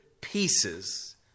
pieces